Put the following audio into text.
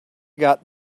got